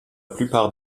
plupart